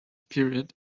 period